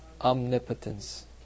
omnipotence